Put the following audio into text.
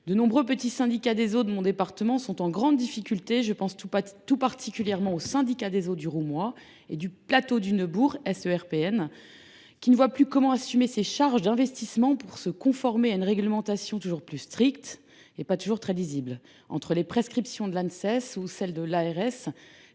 De nombreux petits syndicats des eaux de mon département sont en grande difficulté. Je pense tout particulièrement au syndicat des eaux du Roumois et du Plateau du Neubourg (SERPN), qui ne sait plus comment assumer ses charges d’investissement pour se conformer à une réglementation toujours plus stricte et pas toujours très lisible, entre les prescriptions de l’Agence nationale de